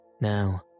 Now